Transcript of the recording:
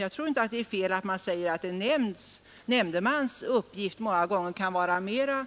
Jag tror inte att det är fel att säga att en nämndemans uppgift många gånger kan vara mera